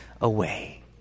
away